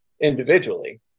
individually